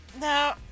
no